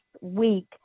week